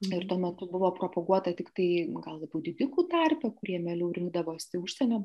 ir tuo metu buvo propaguota tiktai gal daugiau didikų tarpe kurie mieliau rinkdavosi užsienio